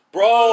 Bro